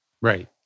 Right